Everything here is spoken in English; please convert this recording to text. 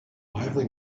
lively